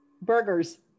burgers